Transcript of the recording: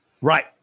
Right